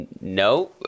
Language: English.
no